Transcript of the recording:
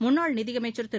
முன்னாள் நிதியமைச்சர் திரு